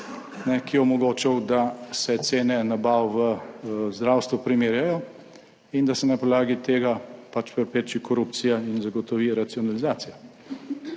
ki je omogočal, da se cene nabav v zdravstvu primerjajo in da se na podlagi tega prepreči korupcija in zagotovi racionalizacija.